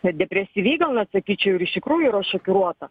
net depresyviai gal net sakyčiau iš tikrųjų yra šokiruota